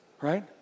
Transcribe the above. Right